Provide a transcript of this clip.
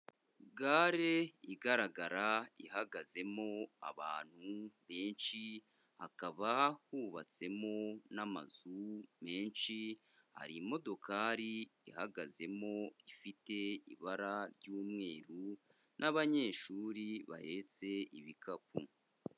Gare igaragara ihagazemo abantu benshi hakaba hubatsemo n'amazu menshi, hari imodokari ihagazemo ifite ibara ry'umweru n'abanyeshuri bahetse ibikapu.